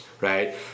right